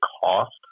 cost